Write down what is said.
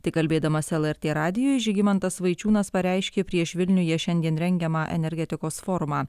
tai kalbėdamas lrt radijui žygimantas vaičiūnas pareiškė prieš vilniuje šiandien rengiamą energetikos forumą